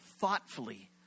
thoughtfully